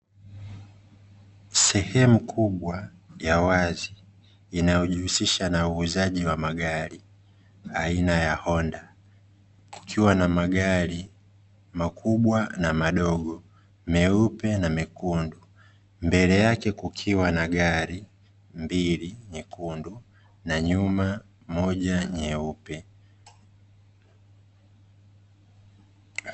Sehemu kubwa ya wazi, inayojihusisha na uuzaji wa magari aina ya honda, kukiwa na magari makubwa na madogo, meupe na mekundu, mbele yake kukiwa na gari mbili; nyekundu na nyuma moja nyeupe.